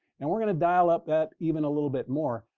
and we're going to dial up that even a little bit more.